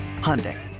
Hyundai